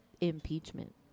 impeachment